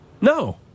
No